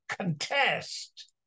contest